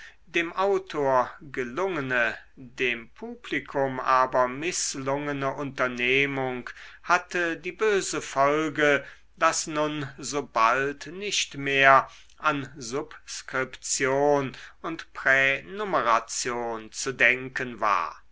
dem autor gelungene dem publikum aber mißlungene unternehmung hatte die böse folge daß nun so bald nicht mehr an subskription und pränumeration zu denken war